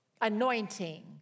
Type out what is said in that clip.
Anointing